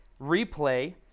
replay